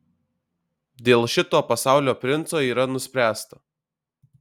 dėl šito pasaulio princo yra nuspręsta